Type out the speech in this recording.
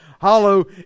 Hollow